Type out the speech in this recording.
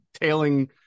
tailing